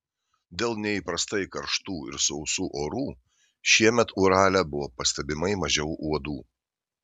dėl neįprastai karštų ir sausų orų šiemet urale buvo pastebimai mažiau uodų